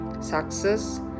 Success